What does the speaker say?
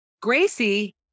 Gracie